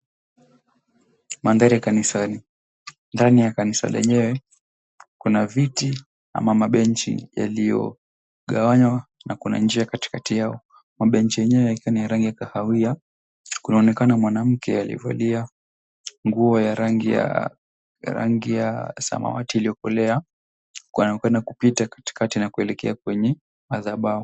Mandhari ya kanisani. Ndani ya kanisa lenyewe kuna viti ama mabenchi yaliyogawanywa na kuna njia katikati yao. Mabenchi yenye rangi kahawia. Kunaonekana mwanamke aliyevalia nguo ya rangi ya samawati iliokolea. Anayekwenda kupita katikati na kuelekea kwenye madhabahu.